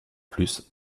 plus